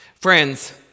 Friends